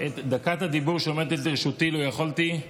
את דקת הדיבור שעומדת לרשותי, לו יכולתי,